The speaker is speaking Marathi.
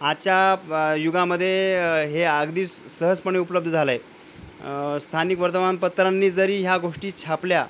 आजच्या युगामध्ये हे अगदी सहजपणे उपलब्ध झालं आहे स्थानिक वर्तमानपत्रांनी जरी ह्या गोष्टी छापल्या